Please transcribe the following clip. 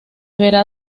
verá